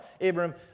Abram